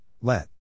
let